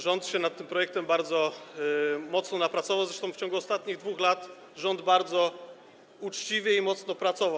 Rząd się nad tym projektem bardzo mocno napracował, zresztą w ciągu ostatnich 2 lat rząd bardzo uczciwie i mocno pracował.